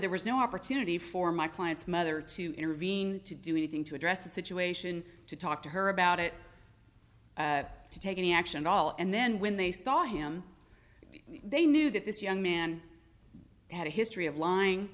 there was no opportunity for my clients mother to intervene to do anything to address the situation to talk to her about it to take any action all and then when they saw him they knew that this young man had a history of lying